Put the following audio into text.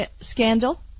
Scandal